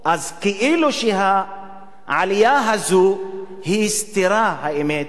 אז העלייה הזאת היא כאילו סטירה, האמת,